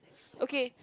okay